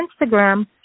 Instagram